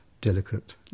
delicate